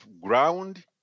ground